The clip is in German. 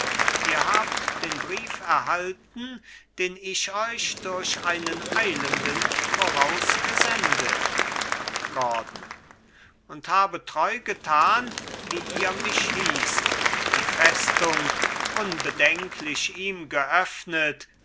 ihr habt den brief erhalten den ich euch durch einen eilenden vorausgesendet gordon und habe treu getan wie ihr mich hießt die festung unbedenklich ihm geöffnet